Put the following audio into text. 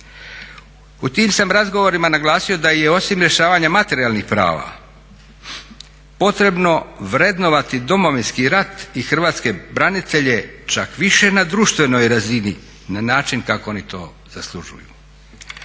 U tim sam razgovorima naglasio da je osim rješavanja materijalnih prava potrebno vrednovati Domovinski rat i hrvatske branitelje čak više na društvenoj razini na način kako oni to zaslužuju.